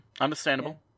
Understandable